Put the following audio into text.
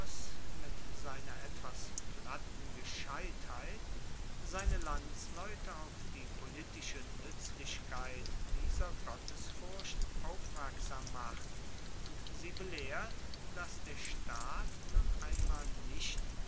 mit seiner etwas platten gescheitheit seine landsleute auf die politische nuetzlichkeit dieser gottesfurcht aufmerksam macht und sie belehrt dass der staat nun einmal nicht